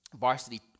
varsity